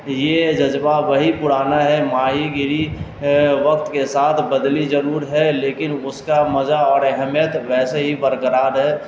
یہ جذبہ وہی پرانا ہے ماہی گیری وقت کے ساتھ بدلی ضرور ہے لیکن اس کا مزہ اور اہمیت ویسے ہی برقرار ہے